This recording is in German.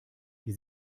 die